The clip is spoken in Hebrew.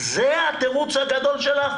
זה התירוץ הגדול שלך?